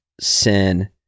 sin